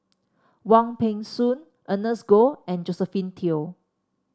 Wong Peng Soon Ernest Goh and Josephine Teo